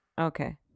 Okay